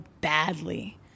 badly